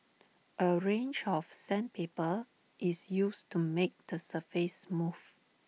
A range of sandpaper is used to make the surface smooth